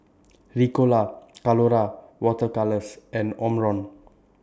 Ricola Colora Water Colours and Omron